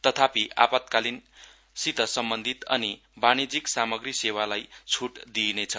तथापि आपातकालसित सम्वन्धित अनि वाणीज्यिक सामग्री सेवालाई छुट दिइनेछ